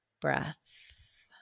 breath